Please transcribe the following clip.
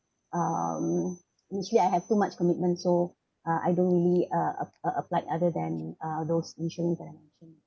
um usually I have too much commitment so uh I don't really uh applied other than uh those insurance that I mentioned